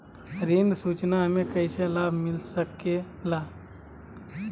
ऋण सूचना हमें कैसे लाभ मिलता सके ला?